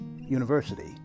University